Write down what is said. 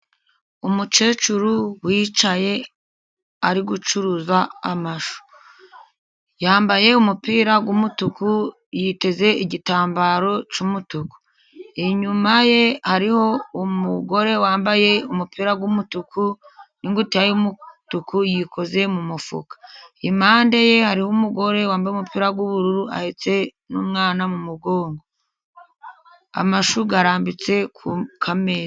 Umukecuru wicaye ari gucuruza amashu, yambaye umupira w'umutuku, yiteze igitambaro cy'umutuku, inyuma ye hariho umugore wambaye umupira w'umutuku, ingutiya y'umutuku, yikoze mu mufuka. Impande ye hariho umugore wambaye umupira w'ubururu, ahetse umwana mu mugongo, amashu arambitse ku kameza.